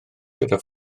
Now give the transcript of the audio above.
gyda